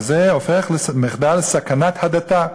וזה הופך למחדל סכנת ההדתה.